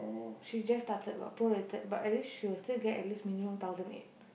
she still started what prorated but at least she will still get at least minimum thousand eight